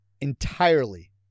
entirely